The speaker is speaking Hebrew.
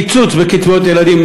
קיצוץ בקצבאות ילדים,